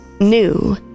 new